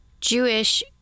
Jewish